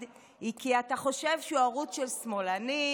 היא כי אתה חושב שהוא ערוץ של שמאלנים,